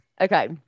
Okay